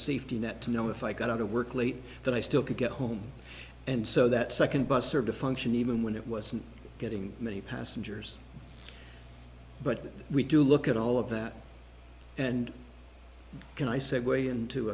safety net to know if i got to work late that i still could get home and so that second bus served a function even when it wasn't getting many passengers but we do look at all of that and can i said way into